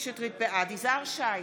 אלעזר שטרן,